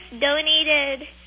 donated